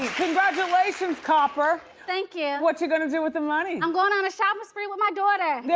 congratulations, copper. thank you. whatcha gonna do with the money? i'm going on a shopping spree with my daughter. yeah